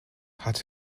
hat